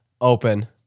open